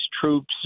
troops